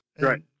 Right